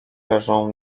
leżą